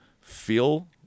feel